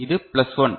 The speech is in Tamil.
இது பிளஸ் 1